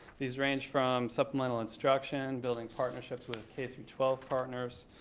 these range from supplemental instruction, building partnerships with k through twelve partners,